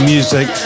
Music